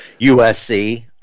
USC